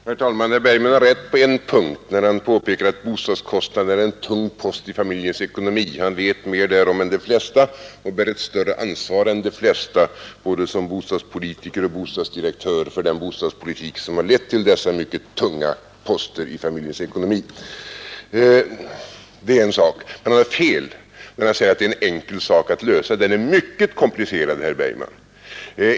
Herr talman! Herr Bergman har rätt på en punkt, nämligen när han påpekar att bostadskostnaden är en tung post i familjens ekonomi. Han vet mer därom än de flesta och han bär ett större ansvar än de flesta, både som bostadspolitiker och som bostadsdirektör, för den bostadspolitik som har lett till dessa mycket tunga poster i familjernas ekonomi. Herr Bergman har däremot fel när han säger att frågan om utbetalningsformen är enkel att lösa. Den är mycket komplicerad, herr Bergman.